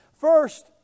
First